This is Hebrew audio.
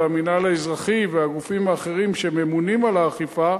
והמינהל האזרחי והגופים האחרים שממונים על האכיפה,